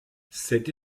cette